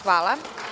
Hvala.